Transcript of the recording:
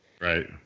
Right